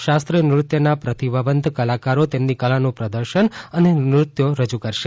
શાસ્ત્રીય નૃત્યના પ્રતિભાવંત કલાકારો તેમની કલાનું પ્રદર્શન અને નૃત્યો રજૂ કરશે